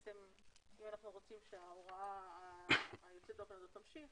אם אנחנו רוצים שההוראה היוצאת דופן הזאת תמשיך,